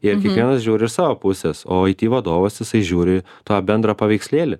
ir kiekvienas žiūri iš savo pusės o aiti vadovas jisai žiūri tą bendrą paveikslėlį